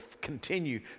continue